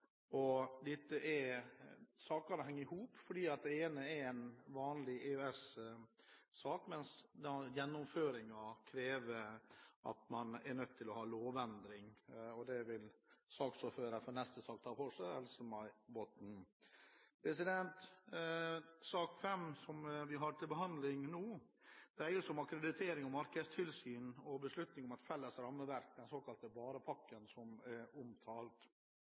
vanlig EØS-sak, mens gjennomføringen krever nødvendig lovendring, og det vil ordføreren for neste sak, Else-May Botten, ta for seg. Sak nr. 5 som vi har til behandling nå, dreier seg om akkreditering og markedstilsyn og beslutning om felles rammeverk, den såkalte varepakken, som er omtalt.